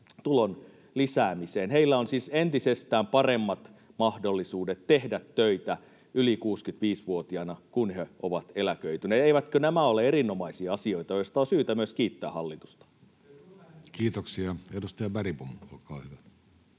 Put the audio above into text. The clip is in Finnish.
Heillä on siis entisestään paremmat mahdollisuudet tehdä töitä yli 65-vuotiaana, kun he ovat eläköityneet. Eivätkö nämä ole erinomaisia asioita, joista on syytä myös kiittää hallitusta? [Speech 102] Speaker: Jussi Halla-aho